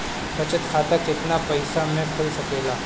बचत खाता केतना पइसा मे खुल सकेला?